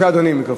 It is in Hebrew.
אדוני, מיקרופון.